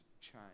change